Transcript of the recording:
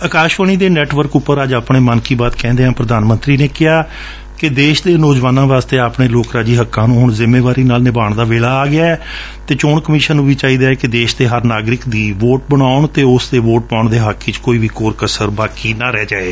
ਆਕਾਸ਼ਵਾਣੀ ਦੇ ਨੈੱਟਵਰਕ ਉਪਰ ਅੱਜ ਆਪਣੇ ਮਨ ਕੀ ਬਾਤ ਕਹਿੰਦਿਆਂ ਪ੍ਰਧਾਨ ਮੰਤਰੀ ਨੇ ਕਿਹਾ ਕਿ ਦੇਸ਼ ਦੇ ਨੌਜਵਾਨਾਂ ਵਾਸਤੇ ਆਪਣੇ ਲੋਕ ਰਾਜੀ ਹੱਕਾਂ ਨੂੰ ਹੁਣ ਜ਼ਿੰਮੇਵਾਰੀ ਨਾਲ ਨਿਭਾਉਣ ਦਾ ਵੇਲਾ ਆ ਗਿਐ ਅਤੇ ਚੋਣ ਕਮਿਸ਼ਨ ਨੂੰ ਵੀ ਚਾਹੀਦੈ ਕਿ ਦੇਸ਼ ਦੇ ਹਰ ਨਾਗਰਿਕ ਦੀ ਵੋਟ ਬਣਾਉਣ ਅਤੇ ਉਸ ਦੇ ਵੋਟ ਪਾਉਣ ਦੇ ਹੱਕ ਵਿਚ ਕੋਈ ਵੀ ਕਸਰ ਬਾਕੀ ਨਾ ਰਹਿ ਜਾਵੇ